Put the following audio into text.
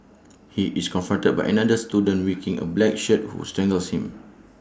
he is confronted by another student waking A black shirt who strangles him